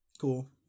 Cool